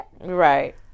Right